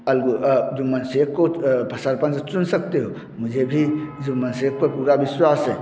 अलगु जुम्मन शैख़ को सरपंच चुन सकते हो मुझे भी जुम्मन शैख़ पर पूरा विश्वास है